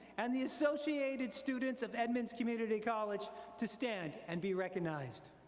and the associated students of edmonds community college to stand and be recognized.